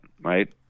right